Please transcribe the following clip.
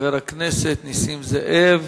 חבר הכנסת נסים זאב,